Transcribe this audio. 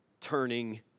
turning